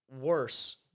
worse